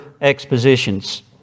expositions